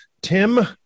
tim